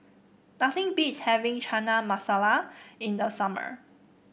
nothing beats having Chana Masala in the summer